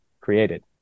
created